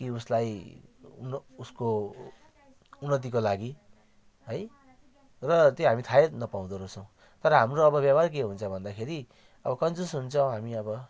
कि उसलाई नो उसको उन्नतिको लागि है र त्यो हामी थाहै नपाउँदोरहेछौँ तर अब हाम्रो व्यवहार के हुन्छ भन्दाखेरि अब कन्जुस हुन्छौँ हामी अब